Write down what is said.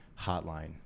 hotline